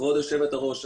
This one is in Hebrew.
כבוד יושבת-הראש,